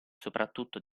soprattutto